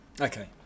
Okay